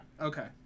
Okay